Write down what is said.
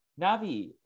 navi